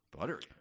Buttery